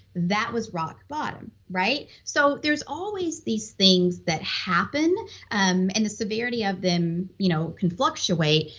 that was rock bottom, right? so there's always these things that happen um and the severity of them you know can fluctuate.